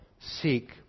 seek